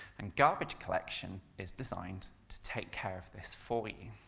and garbage collection is designed to take care of this for you.